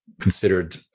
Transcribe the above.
considered